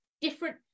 different